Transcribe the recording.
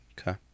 Okay